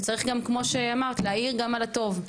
וצריך גם, כמו שאמרת, להאיר גם על הטוב.